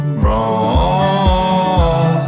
wrong